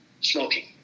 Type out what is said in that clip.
smoking